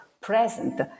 present